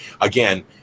again